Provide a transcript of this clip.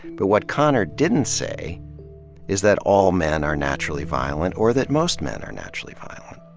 but what konner didn't say is that all men are naturally violent or that most men are naturally violent.